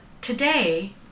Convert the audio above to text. today